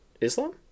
Islam